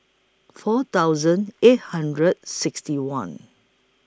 four thousand eight hundred sixty one